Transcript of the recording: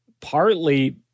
partly